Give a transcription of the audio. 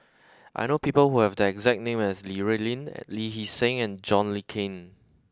I know people who have the exact name as Li Rulin Lee Hee Seng and John Le Cain